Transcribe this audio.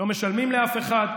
לא משלמים לאף אחד,